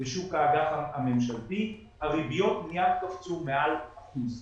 בשוק האג"ח הממשלתי, הריביות מיד קפצו מעל אחוז.